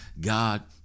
God